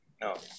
No